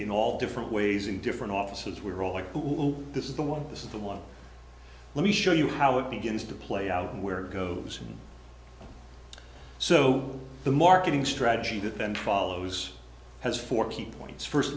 in all different ways in different offices we were all like who this is the one this is the one let me show you how it begins to play out and where it goes and so the marketing strategy that then follows has four key points first